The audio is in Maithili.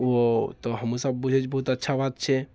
ओ तऽ हमहूँ सब बुझैत छी जे बहुत अच्छा बात छै